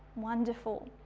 wonderful.